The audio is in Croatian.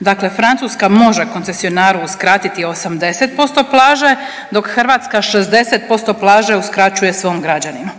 Dakle Francuska može koncesionaru uskratiti 80% plaže, dok Hrvatska 60% plaže uskraćuje svom građaninu.